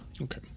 Okay